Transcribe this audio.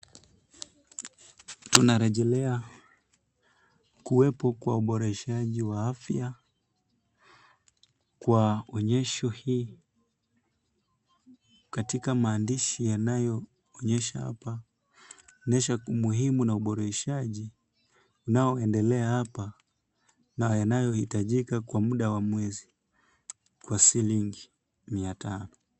Tunarejelea kuwepo kwa uboreshaji wa afya kwa onyesho hii katika maandishi yanayoonyesha hapa onesha umuhimu wa uboreshaji unaoendelea hapa na yanayohitajika kwa muda wa mwezi kwa shilingi mia tano.